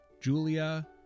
Julia